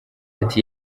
ati